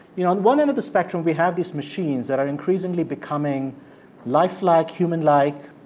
you know, on one end of the spectrum, we have these machines that are increasingly becoming lifelike, human-like.